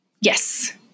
Yes